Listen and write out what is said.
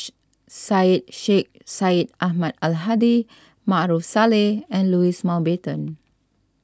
Syed Sheikh Syed Ahmad Al Hadi Maarof Salleh and Louis Mountbatten